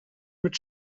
mit